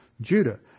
Judah